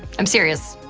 i'm serious.